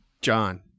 John